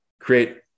create